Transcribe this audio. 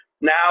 Now